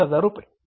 120000 रुपये